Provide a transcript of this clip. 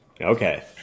Okay